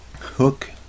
Hook